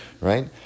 right